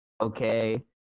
okay